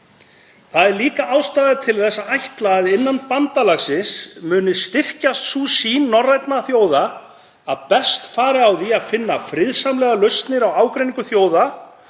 Það er líka ástæða til að ætla að innan bandalagsins muni styrkjast sú sýn norrænna þjóða að best fari á því að finna friðsamlegar lausnir á ágreiningi þjóða